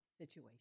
situation